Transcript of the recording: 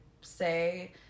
say